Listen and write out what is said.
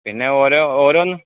പിന്നെ ഓരോ ഓരോന്നും